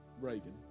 Reagan